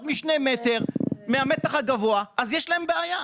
משני מטרים מהמתח הגבוה אז יש להם בעיה.